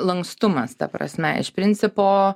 lankstumas ta prasme iš principo